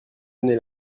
année